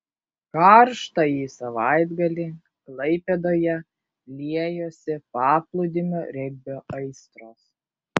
karštąjį savaitgalį klaipėdoje liejosi paplūdimio regbio aistros